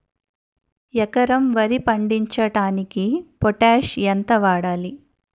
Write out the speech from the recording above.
ఎకరం వరి పండించటానికి పొటాష్ ఎంత వాడాలి?